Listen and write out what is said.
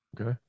Okay